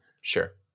Sure